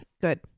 good